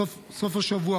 בסוף השבוע,